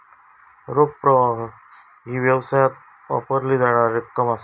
रोख प्रवाह ही व्यवसायात वापरली जाणारी रक्कम असा